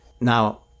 Now